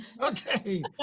Okay